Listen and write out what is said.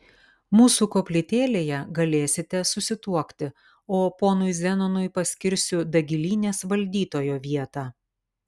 mūsų koplytėlėje galėsite susituokti o ponui zenonui paskirsiu dagilynės valdytojo vietą